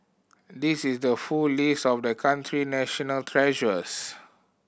this is the full list of the country national treasures